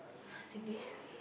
Singlish